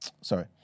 sorry